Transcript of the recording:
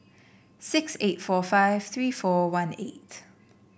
six eight four five three four one eight